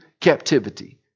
captivity